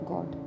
God